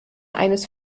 eines